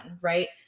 right